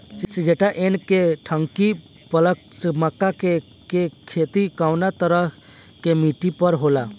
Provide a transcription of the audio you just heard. Syngenta NK thirty plus मक्का के के खेती कवना तरह के मिट्टी पर होला?